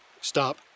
Stop